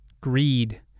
Greed